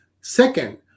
Second